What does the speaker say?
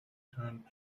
turned